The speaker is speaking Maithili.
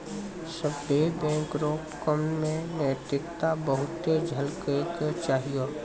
सभ्भे बैंक रो काम मे नैतिकता बहुते झलकै के चाहियो